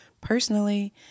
personally